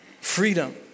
Freedom